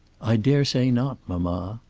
i dare say not, mamma.